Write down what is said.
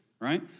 right